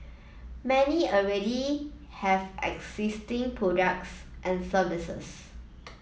many already have existing products and services